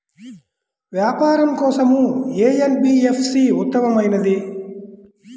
వ్యాపారం కోసం ఏ ఎన్.బీ.ఎఫ్.సి ఉత్తమమైనది?